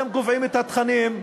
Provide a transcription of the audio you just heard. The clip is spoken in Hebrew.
אתם קובעים את התכנים,